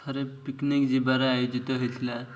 ଥରେ ପିକନିକ୍ ଯିବାର ଆୟୋଜିତ ହେଇଥିଲା